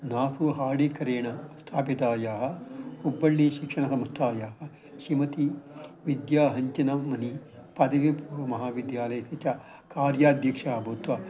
नासुहाडिकरेण स्थापितायाः हुब्बळ्ळिशिक्षणसंस्थायाः श्रीमति विद्याहञ्चन मनि पदवीपूर्वमहाविद्यालयः च कार्याध्यक्षः भूत्वा